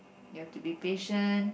you have to be patient